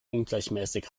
ungleichmäßig